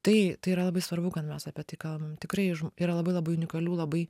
tai tai yra labai svarbu kad mes apie tai kalbam tikrai yra labai labai unikalių labai